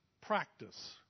practice